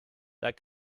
that